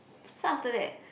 so after that